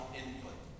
input